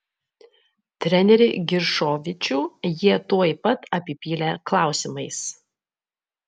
trenerį giršovičių jie tuoj pat apipylė klausimais